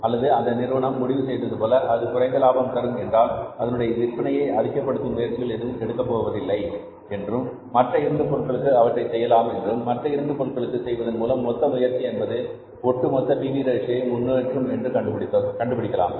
அல்லது அந்த நிறுவனம் முடிவு செய்தது போல அது குறைந்த லாபம் தரும் என்றால் அதனுடைய விற்பனையை அதிகப்படுத்தும் முயற்சிகள் எதுவும் எடுக்கப்போவதில்லை என்றும் மற்ற இரு பொருள்களுக்கு அவற்றை செய்யலாம் என்றும் மற்ற இரு பொருட்களுக்கு செய்வதன்மூலம் மொத்த முயற்சி என்பது ஒட்டுமொத்த பி வி ரேஷியோ முன்னேற்றும் என்று கண்டுபிடிக்கலாம்